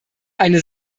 eine